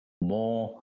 more